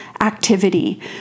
activity